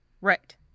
Right